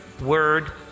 word